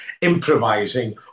improvising